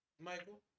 michael